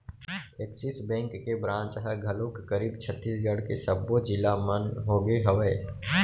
Axis bank के branch ह घलोक करीब छत्तीसगढ़ के सब्बो जिला मन होगे हवय